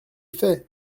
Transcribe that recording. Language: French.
fait